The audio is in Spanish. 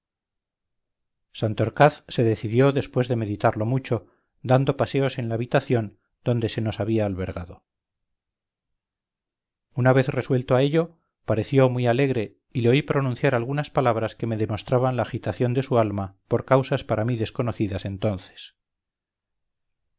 se decidió después de meditarlo mucho dando paseos en la habitación donde se nos había albergado una vez resuelto a ello pareció muy alegre y le oí pronunciar algunas palabras que me demostraban la agitación de su alma por causas para mí desconocidas entonces